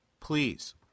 please